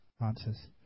answers